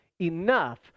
enough